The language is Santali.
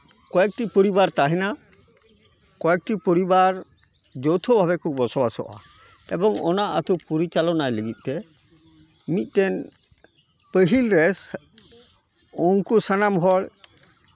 ᱠᱚᱭᱮᱠᱴᱤ ᱯᱚᱨᱤᱵᱟᱨ ᱛᱟᱦᱮᱱᱟ ᱠᱚᱭᱮᱠᱴᱤ ᱯᱚᱨᱤᱵᱟᱨ ᱡᱳᱣᱛᱷᱚ ᱵᱷᱟᱵᱮ ᱠᱚ ᱵᱚᱥᱚᱵᱟᱥᱚᱜᱼᱟ ᱮᱵᱚᱝ ᱚᱱᱟ ᱟᱹᱛᱩ ᱯᱚᱨᱤᱪᱟᱞᱚᱱᱟᱭ ᱞᱟᱹᱜᱤᱫ ᱛᱮ ᱢᱤᱫᱴᱮᱱ ᱯᱟᱹᱦᱤᱞ ᱨᱮ ᱩᱱᱠᱩ ᱥᱟᱱᱟᱢ ᱦᱚᱲ